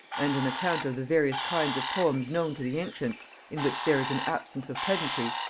and an account of the various kinds of poems known to the ancients in which there is an absence of pedantry,